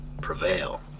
prevail